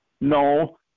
no